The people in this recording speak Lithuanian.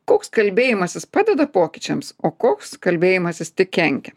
koks kalbėjimasis padeda pokyčiams o koks kalbėjimasis tik kenkia